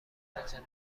جنایت